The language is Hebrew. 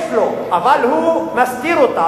יש לו, אבל הוא מסתיר אותה.